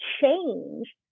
change